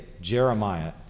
Jeremiah